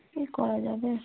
কী করা যাবে